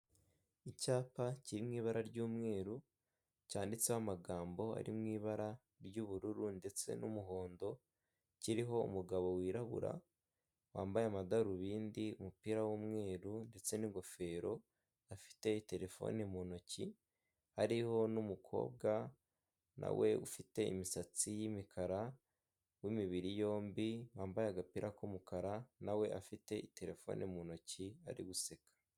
Icyapa kiri mu ibara ry'umweru cyanditseho amagambo ari mu ibara ry'ubururu, ndetse n'umuhondo, kiriho umugabo wirabura wambaye amadarubindi umupira w'umweru, ndetse n'ingofero afite telefone mu ntoki hariho n'umukobwa nawe ufite imisatsi y'imikara w'imibiri yombi wambaye agapira k'umukara nawe afite telefone mu ntoki ari guseka.